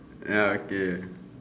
ya okay